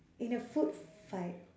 in a food fight